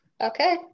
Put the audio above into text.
okay